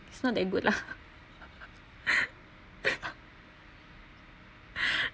it's not that good lah